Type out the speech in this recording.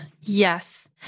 Yes